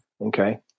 Okay